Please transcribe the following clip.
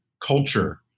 culture